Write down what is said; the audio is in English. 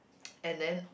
and then